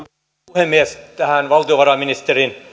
puhemies tähän valtiovarainministerin